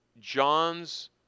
John's